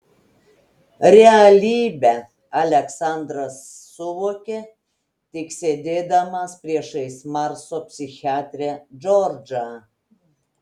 realybę aleksandras suvokė tik sėdėdamas priešais marso psichiatrę džordžą